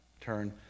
turn